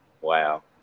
Wow